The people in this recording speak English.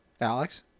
Alex